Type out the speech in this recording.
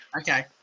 Okay